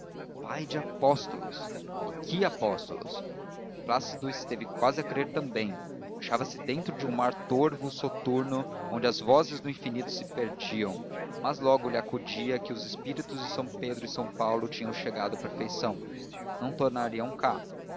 pai de apóstolos e que apóstolos plácido esteve quase quase a crer também achava-se dentro de um mar torvo soturno onde as vozes do infinito se perdiam mas logo lhe acudia que os espíritos de são pedro e são paulo tinham chegado à perfeição não tornariam cá